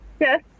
Yes